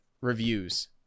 reviews